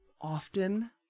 often